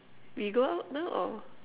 we go out now or